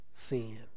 sin